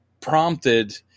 prompted